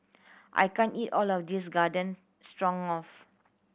I can't eat all of this Garden Stroganoff